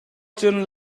cun